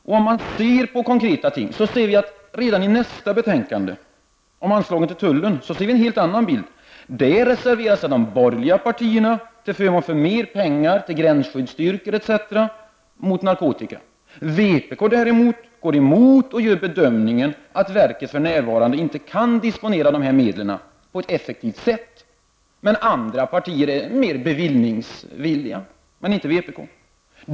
Och om vi ser till konkreta ting, finner vi redan i nästa betänkande på föredragningslistan, det angående anslagen till tullen, en annan bild. Där reserverar sig de borgerliga partierna till förmån för mer pengar till gränsskyddsstyrkor, etc., mot narkotika. Vpk däremot går emot och gör bedömningen att verket för närvarande inte kan disponera dessa medel på ett effektivt sätt. Andra partier är här mer ”bevillningsberedda” än vpk.